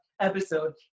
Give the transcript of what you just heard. episode